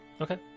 Okay